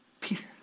Peter